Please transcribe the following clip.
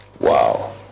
Wow